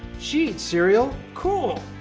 she eats cereal cool!